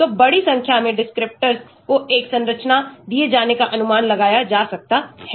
तो बड़ी संख्या में descriptors को एक संरचना दिए जाने का अनुमान लगाया जा सकता है